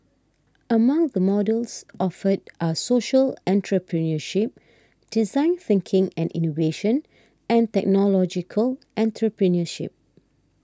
among the modules offered are social entrepreneurship design thinking and innovation and technological entrepreneurship